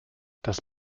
das